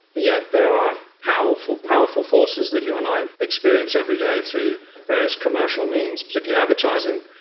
yet there are powerful, powerful forces that you and i experience every day through various commercial means, particularly advertising,